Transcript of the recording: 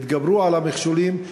התגברו על המכשולים,